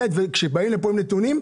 כשבאים לפה עם נתונים,